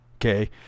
Okay